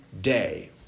day